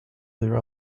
their